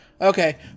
Okay